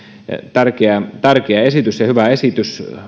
tärkeä tärkeä ja hyvä esitys